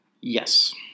Yes